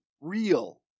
real